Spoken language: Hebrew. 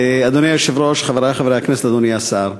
אדוני היושב-ראש, חברי חברי הכנסת, אדוני השר,